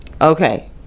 Okay